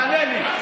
תענה לי.